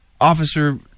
officer